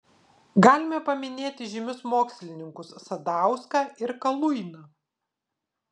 galima paminėti žymius mokslininkus sadauską ir kaluiną